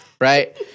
right